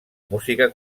música